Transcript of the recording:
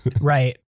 right